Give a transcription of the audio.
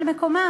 על מקומם,